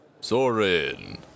soren